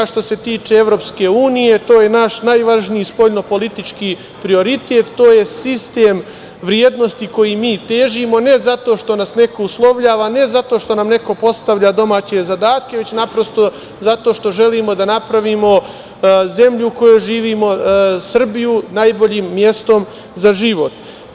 Što se tiče EU, to je naš najvažniji spoljno politički prioritet, to je sistem vrednosti kojem mi težimo, ne zato što nas neko uslovljava, ne zato što nam neko postavlja domaće zadatke, već naprosto zato što želimo da napravimo zemlju u kojoj živimo, Srbiju, najboljim mestom za život.